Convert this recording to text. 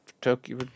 Tokyo